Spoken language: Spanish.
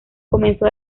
comenzó